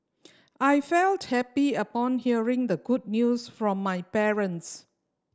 I felt happy upon hearing the good news from my parents